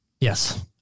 Yes